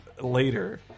later